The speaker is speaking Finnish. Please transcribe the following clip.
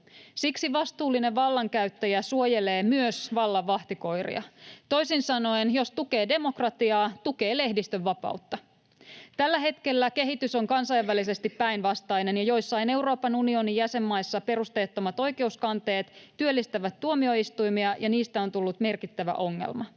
Siksi vastuullinen vallankäyttäjä suojelee myös vallan vahtikoiria. Toisin sanoen: jos tukee demokratiaa, tukee lehdistönvapautta. Tällä hetkellä kehitys on kansainvälisesti päinvastainen, ja joissain Euroopan unionin jäsenmaissa perusteettomat oikeuskanteet työllistävät tuomioistuimia ja niistä on tullut merkittävä ongelma.